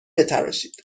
بتراشید